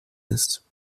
ist